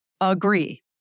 agree